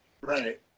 Right